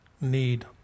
need